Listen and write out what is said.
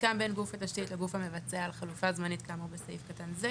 הוסכם בין גוף התשתית לגוף המבצע על חלופה זמנית כאמור בסעיף קטן זה,